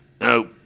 no